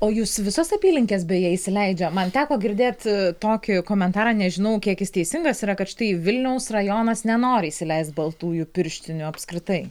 o jus visos apylinkės beje įsileidžia man teko girdėti tokį komentarą nežinau kiek jis teisingas yra kad štai vilniaus rajonas nenori įsileisti baltųjų pirštinių apskritai